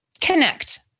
connect